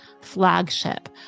flagship